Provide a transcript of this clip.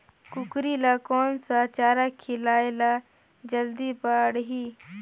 कूकरी ल कोन सा चारा खिलाय ल जल्दी बाड़ही?